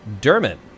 Dermot